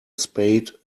spade